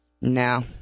No